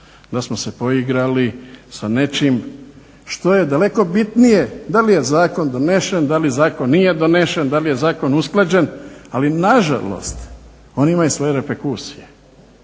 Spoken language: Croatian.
Da smo se poigrali sa nečim što je daleko bitnije, da li je zakon donesen, da li zakon nije donesen, da li je zakon usklađen, ali nažalost oni imaju svoje reperkusije.